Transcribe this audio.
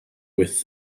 with